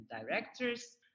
directors